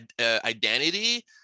identity